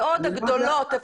בעוד הגדולות,